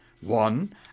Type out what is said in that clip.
One